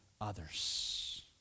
others